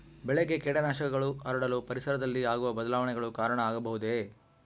ಬೆಳೆಗೆ ಕೇಟನಾಶಕಗಳು ಹರಡಲು ಪರಿಸರದಲ್ಲಿ ಆಗುವ ಬದಲಾವಣೆಗಳು ಕಾರಣ ಆಗಬಹುದೇ?